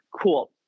cool